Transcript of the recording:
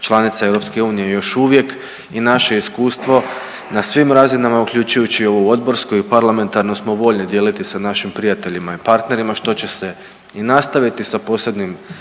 članica EU još uvijek i naše iskustvo na svim razinama uključujući i ovu odborsku i parlamentarnu smo voljni dijeliti sa našim prijateljima i partnerima što će se i nastaviti. Sa posebnom